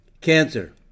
cancer